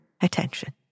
attention